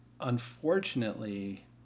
unfortunately